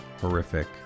horrific